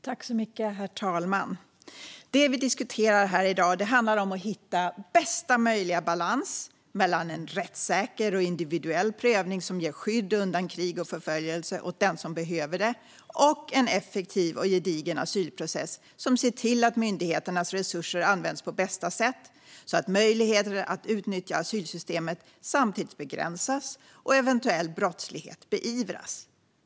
Herr talman! Det vi diskuterar här i dag handlar om att hitta bästa möjliga balans mellan å ena sidan en rättssäker och individuell prövning som ger skydd undan krig och förföljelse åt den som behöver det och å andra sidan en effektiv och gedigen asylprocess som ser till att myndigheternas resurser används på bästa sätt, så att möjligheterna att utnyttja asylsystemet begränsas och eventuell brottslighet beivras.